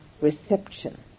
reception